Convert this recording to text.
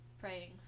praying